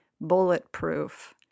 bulletproof